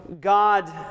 God